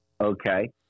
Okay